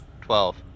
Twelve